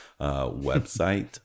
website